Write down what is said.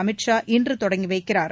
அமித் ஷா இன்று தொடங்கி வைக்கிறார்